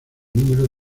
número